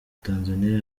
tanzania